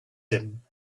him